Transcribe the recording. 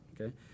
okay